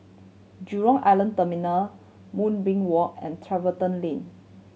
Jurong Island Terminal Moonbeam Walk and Tiverton Lane